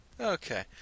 Okay